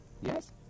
Yes